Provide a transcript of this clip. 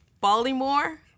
Baltimore